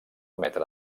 metre